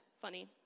funny